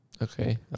Okay